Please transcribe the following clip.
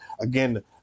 Again